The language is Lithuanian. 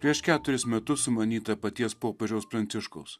prieš keturis metus sumanyta paties popiežiaus pranciškaus